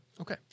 Okay